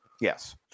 Yes